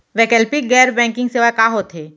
वैकल्पिक गैर बैंकिंग सेवा का होथे?